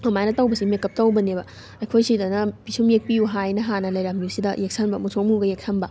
ꯑꯗꯨꯃꯥꯏꯅ ꯇꯧꯕꯁꯤ ꯃꯦꯀꯞ ꯇꯧꯕꯅꯦꯕ ꯑꯩꯈꯣꯏ ꯁꯤꯗꯅ ꯄꯤꯁꯨꯝ ꯌꯦꯛꯄꯤꯌꯨ ꯍꯥꯏꯑꯅ ꯍꯥꯟꯅ ꯂꯩꯔꯝꯃꯤꯁꯤꯗ ꯌꯦꯛꯁꯟꯕ ꯃꯨꯁꯨꯛ ꯃꯨꯒꯩ ꯌꯦꯛꯁꯟꯕ